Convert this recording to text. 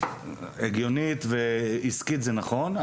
הגיונית ועסקית זה נכון,